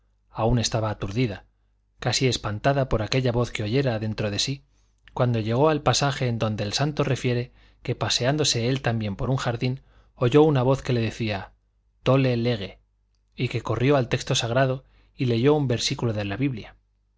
aún estaba aturdida casi espantada por aquella voz que oyera dentro de sí cuando llegó al pasaje en donde el santo refiere que paseándose él también por un jardín oyó una voz que le decía tole lege y que corrió al texto sagrado y leyó un versículo de la biblia